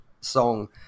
song